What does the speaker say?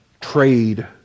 trade